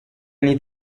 anni